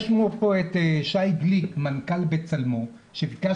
נמצא כאן שי גליק,